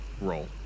roll